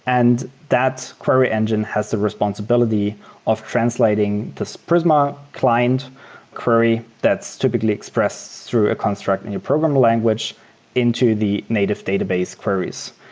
and query engine has the responsibility of translating this prisma client query that's typically expressed through a construct in your programming language into the native database queries.